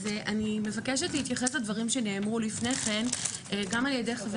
אני מבקשת להתייחס לדברים שנאמרו לפני כן גם על ידי חבר